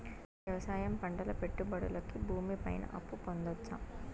వ్యవసాయం పంటల పెట్టుబడులు కి భూమి పైన అప్పు పొందొచ్చా?